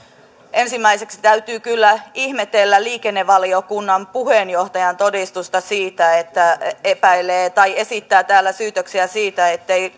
ensimmäiseksi täytyy kyllä ihmetellä liikennevaliokunnan puheenjohtajan todistusta siitä että hän epäilee tai esittää täällä syytöksiä siitä